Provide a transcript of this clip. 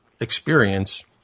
experience